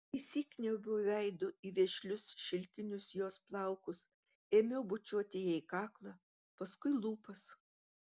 įsikniaubiau veidu į vešlius šilkinius jos plaukus ėmiau bučiuoti jai kaklą paskui lūpas